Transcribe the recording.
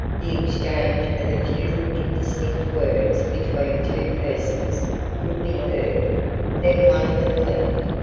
the exchange of a few indistinct words between two persons could be heard then one of them left,